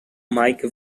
mike